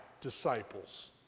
disciples